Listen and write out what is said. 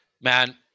man